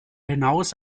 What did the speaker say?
hinaus